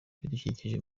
ibidukikije